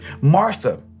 Martha